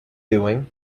doing